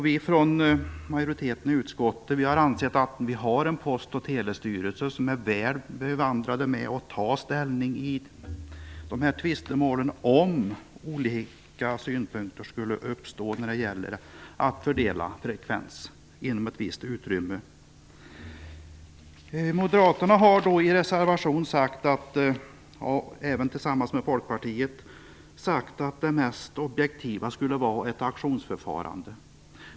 Vi från majoriteten i utskottet har ansett att Post och telestyrelsen är väl bevandrad i att ta ställning i de här tvistemålen om olika synpunkter skulle uppstå när det gäller att fördela frekvens inom ett visst utrymme. Moderaterna och Folkpartiet har i reservationen sagt att det mest objektiva skulle vara ett auktionsförfarande.